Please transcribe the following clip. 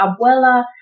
abuela